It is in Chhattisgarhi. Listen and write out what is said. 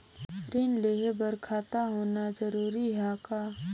ऋण लेहे बर खाता होना जरूरी ह का?